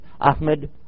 Ahmed